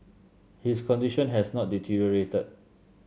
his condition has not deteriorated